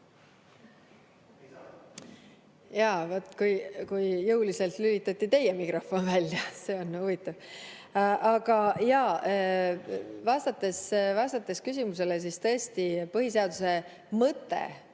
vaat kui jõuliselt lülitati teie mikrofon välja. See on huvitav. Aga vastates küsimusele: tõesti, põhiseaduse mõte